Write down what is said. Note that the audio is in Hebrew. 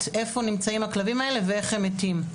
איפה נמצאים הכלבים האלה ואיך הם מתים.